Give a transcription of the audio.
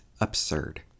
absurd